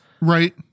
Right